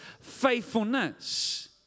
faithfulness